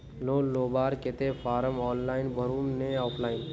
Loan लुबार केते form online भरुम ने ऑफलाइन?